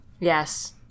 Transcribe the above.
Yes